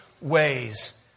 ways